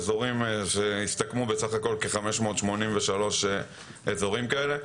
מדובר בכ-583 אזורים כאלה.